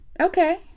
Okay